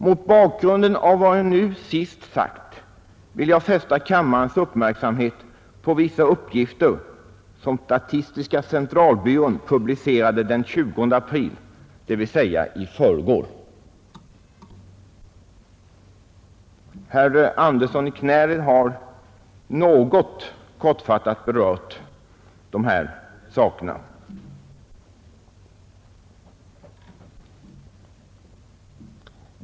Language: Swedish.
Mot bakgrunden av vad jag nu senast sagt vill jag fästa kammarens uppmärksamhet på vissa uppgifter som statistiska centralbyrån publicerade den 20 april, dvs. i förrgår. Herr Andersson i Knäred har redan kortfattat berört de här sakerna.